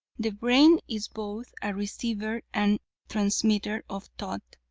the brain is both a receiver and transmitter of thought,